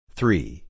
Three